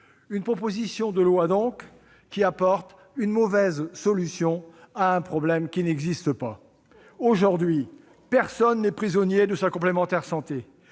cette proposition de loi apporte une mauvaise solution à un problème qui n'existe pas. Oh ! Aujourd'hui, personne n'est prisonnier de sa complémentaire santé.